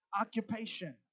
occupation